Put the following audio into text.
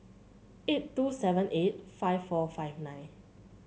eight two seven eight five four five nine